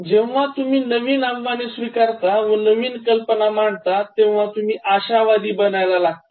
जेव्हा तुम्ही नवीन अव्हावाने स्वीकारता व नवीन कल्पना मांडता तेव्हा तुम्ही आशावादी बनायाला लागता